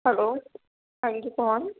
hello ہاں جی کون